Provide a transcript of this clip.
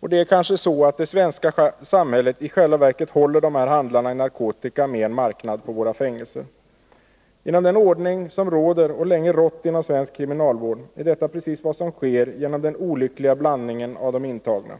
Det är kanske så, att det svenska samhället i själva verket håller de här narkotikahandlarna med en marknad på våra fängelser. På grund av den ordning som råder, och länge har rått, inom svensk kriminalvård är detta precis vad som sker till följd av den olyckliga blandningen av de intagna.